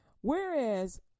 Whereas